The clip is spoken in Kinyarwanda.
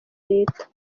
leta